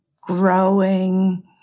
growing